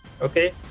Okay